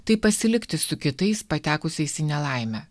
tai pasilikti su kitais patekusiais į nelaimę